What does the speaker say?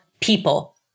people